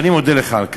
ואני מודה לך על כך.